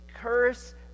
curse